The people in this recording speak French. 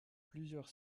plusieurs